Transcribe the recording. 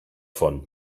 von